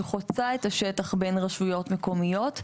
שחוצה את השטח בין רשויות מקומיות,